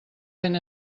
ben